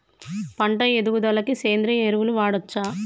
పంట ఎదుగుదలకి సేంద్రీయ ఎరువులు వాడచ్చా?